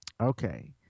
Okay